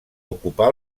ocupar